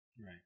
Right